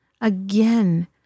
Again